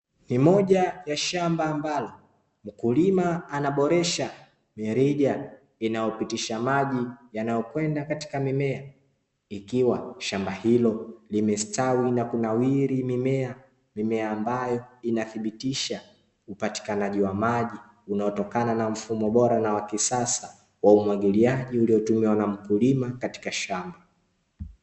Ni moja ya shamba ambalo, mkulima anaboresha mirija inayopitisha maji yanayokwenda katika mimea, ikiwa shamba hilo limestawi na kunawiri mimea, mimea ambayo inathibitisha upatikanaji wa maji unaotokana na mfumo bora na wa kisasa wa umwagiliaji uliotumiwa na mkulima katika shamba.